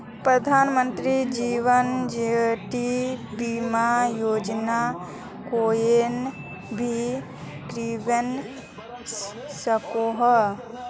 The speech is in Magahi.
प्रधानमंत्री जीवन ज्योति बीमा योजना कोएन भी किन्वा सकोह